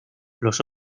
los